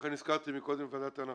לכן הזכרתי קודם את ועדת ההנחות.